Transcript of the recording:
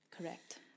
Correct